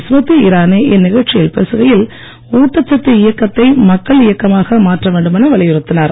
ஸ்மிருதி இரானி இந்நிகழ்ச்சியில் பேசுகையில் ஊட்டச் சத்து இயக்கத்தை மக்கள் இயக்கமாக மாற்ற வேண்டுமென வலியுறுத்தினார்